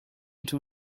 into